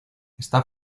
está